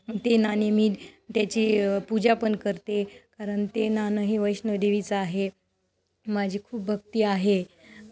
ती नाणी मी त्याची पूजा पण करते कारण ते नाणं हे वैष्णोदेवीचे आहे माझी खूप भक्ती आहे